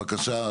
בבקשה.